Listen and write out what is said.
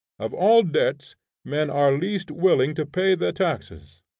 of all debts men are least willing to pay the taxes.